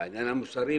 ובעניין המוסרי,